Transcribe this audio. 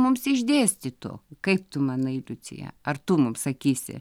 mums išdėstytų kaip tu manai liucija ar tu mums sakysi